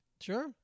Sure